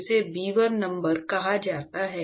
जिसे Bi number कहा जाता है